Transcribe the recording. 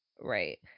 right